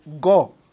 go